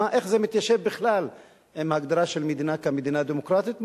איך זה מתיישב בכלל עם ההגדרה של מדינה כמדינה דמוקרטית?